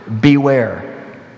beware